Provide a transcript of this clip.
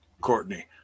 Courtney